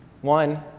one